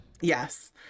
Yes